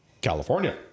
California